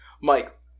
Mike